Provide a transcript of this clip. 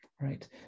right